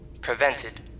Prevented